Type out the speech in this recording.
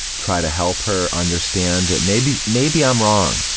try to help her understand that maybe maybe i'm wrong,